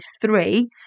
three